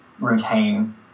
routine